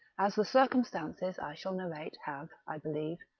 as the circumstances i shall narrate have, i believe,